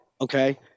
Okay